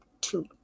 two